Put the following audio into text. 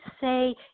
say